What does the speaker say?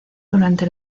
durante